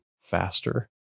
faster